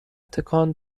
تکان